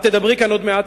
את תדברי כאן עוד מעט,